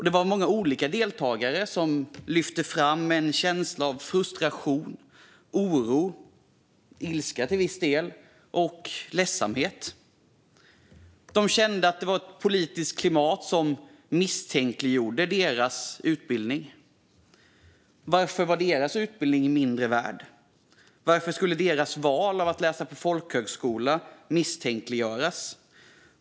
Det var många olika deltagare som lyfte fram en känsla av frustration och oro och till viss del ilska och ledsamhet. De kände att det var ett politiskt klimat som misstänkliggjorde deras utbildning. Varför var deras utbildning mindre värd? Varför skulle deras val att läsa på folkhögskola misstänkliggöras?